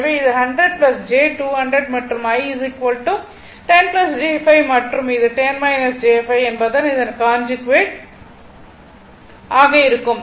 எனவே இது 100 j 200 மற்றும் I 10 j 5 மற்றும் அது 10 j 5 என்பது அதன் கான்ஜுகேட் ஆக இருக்கும்